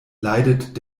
leidet